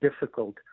difficult